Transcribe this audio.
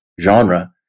genre